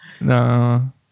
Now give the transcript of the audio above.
No